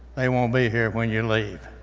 they won't be here when you leave.